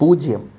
പൂജ്യം